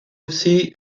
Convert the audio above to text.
aussi